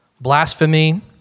blasphemy